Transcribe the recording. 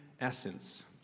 essence